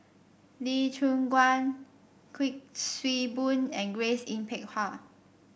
Lee Choon Guan Kuik Swee Boon and Grace Yin Peck Ha